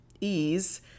ease